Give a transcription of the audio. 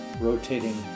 rotating